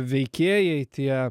veikėjai tie